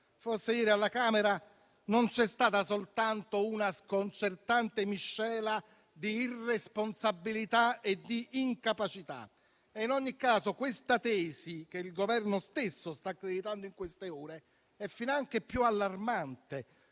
Forse ieri alla Camera non c'è stata soltanto una sconcertante miscela di irresponsabilità e incapacità. In ogni caso questa tesi, che il Governo stesso sta accreditando nelle ultime ore, è finanche più allarmante.